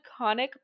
iconic